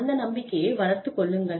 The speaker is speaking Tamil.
அந்த நம்பிக்கையை வளர்த்து கொள்ளுங்கள்